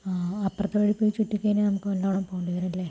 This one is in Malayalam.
ആഹ് അപ്പറത്തെ വഴീ പോയി ചുറ്റി കഴിഞ്ഞാൽ നമ്മക്ക് വീണ്ടും അവിടെ പോകേണ്ടി വരും ലേ